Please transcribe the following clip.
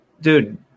Dude